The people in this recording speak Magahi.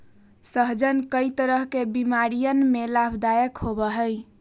सहजन कई तरह के बीमारियन में लाभदायक होबा हई